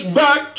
back